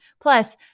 Plus